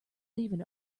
leaning